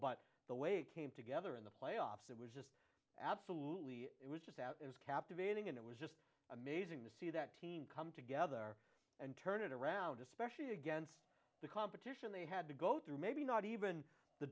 but the way it came together in the playoffs it was absolutely it was just out it was captivating and it was just amazing to see that team come together and turn it around especially against the competition they had to go through maybe not even the